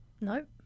Nope